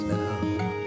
Now